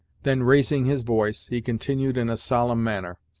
then raising his voice, he continued in a solemn manner